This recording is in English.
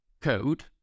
code